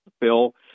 bill